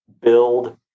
build